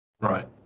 right